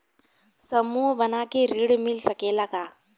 समूह बना के ऋण मिल सकेला का?